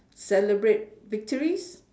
celebrate victories